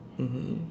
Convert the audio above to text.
mmhmm